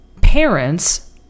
parents